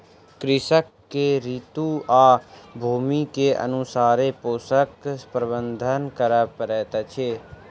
कृषक के ऋतू आ भूमि के अनुसारे पोषक प्रबंधन करअ पड़ैत अछि